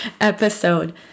episode